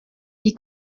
die